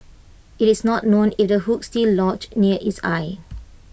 IT is not known if the hook is still lodged near its eye